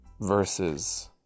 versus